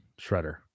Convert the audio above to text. Shredder